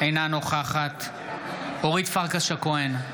אינה נוכחת אורית פרקש הכהן,